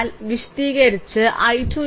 എന്നാൽ വിശദീകരിച്ച I2 10 ampere